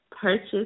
purchase